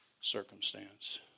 circumstance